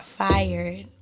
fired